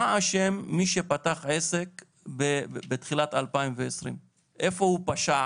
מה אשם מי שפתח עסק בתחילת 2020. איפה הוא פשע